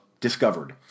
discovered